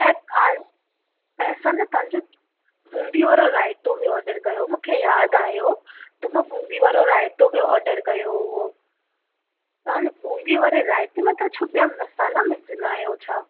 ऐं ऐं असां न तव्हांजो बूंदी वारो रायतो बि ऑडर कयो मूंखे यादि आयो त मां बूंदी वारो रायतो बि ऑडर कयो हुओ तव्हांजे बूंदी वारे रायते में त छा ॿिया मसाला विझंदा आयो छा